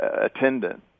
attendant